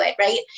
right